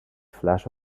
flash